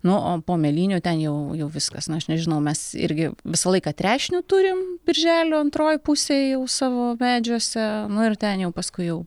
nu o po mėlynių ten jau jau viskas na aš nežinau mes irgi visą laiką trešnių turim birželio antroj pusėj jau savo medžiuose ir ten jau paskui jau